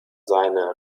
seine